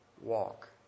Walk